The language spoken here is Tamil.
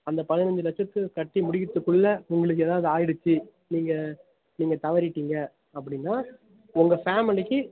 அந்த பதினைஞ்சு லட்சத்தை கட்டி முடிக்கிறதுக்குள்ள உங்களுக்கு ஏதாவது ஆகிடுச்சி நீங்கள் நீங்கள் தவறிவிட்டிங்க அப்படின்னால் உங்கள் ஃபேமிலிக்கு